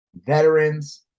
veterans